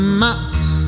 mats